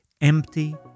empty